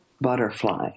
butterfly